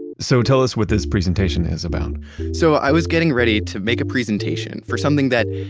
so tell us what this presentation is about so i was getting ready to make a presentation for something that,